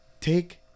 Take